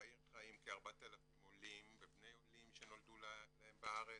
בעיר חיים כ-4,000 עולים ובני עולים שנולדו להם בארץ.